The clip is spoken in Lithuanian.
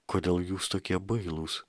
kodėl jūs tokie bailūs